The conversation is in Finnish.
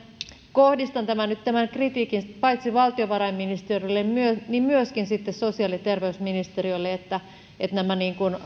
kohdistan nyt tämän kritiikin paitsi valtiovarainministeriölle myöskin sosiaali ja terveysministeriölle siitä että nämä